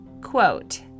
Quote